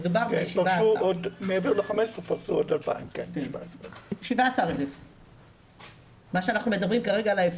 מעבר ל-15,000 פרשו עוד 2,000. 17,000. 35